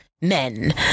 men